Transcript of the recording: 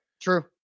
True